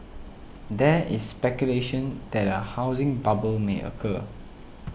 there is speculation that a housing bubble may occur